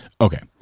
okay